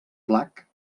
flac